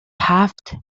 هفت